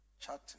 chatting